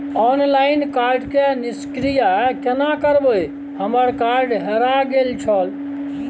Online card के निष्क्रिय केना करबै हमर कार्ड हेराय गेल छल?